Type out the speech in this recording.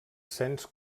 cens